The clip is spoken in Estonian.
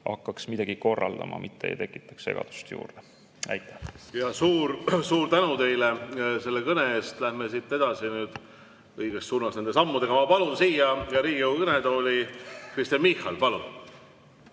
hakkaks midagi korraldama, mitte ei tekitaks segadust juurde. Aitäh! Suur tänu teile selle kõne eest! Läheme siit edasi nüüd õiges suunas nende sammudega. Ma palun siia Riigikogu kõnetooli Kristen Michali. Palun!